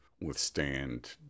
withstand